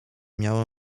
miałem